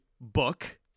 book